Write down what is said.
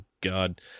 God